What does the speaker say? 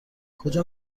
کجا